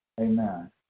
Amen